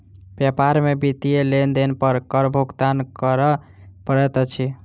व्यापार में वित्तीय लेन देन पर कर भुगतान करअ पड़ैत अछि